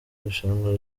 irushanwa